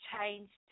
changed